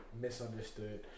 misunderstood